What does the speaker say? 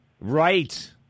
right